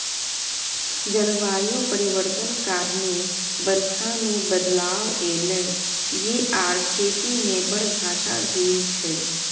जलबायु परिवर्तन कारणेँ बरखा मे बदलाव एलय यै आर खेती मे बड़ घाटा भेल छै